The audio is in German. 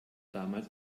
damals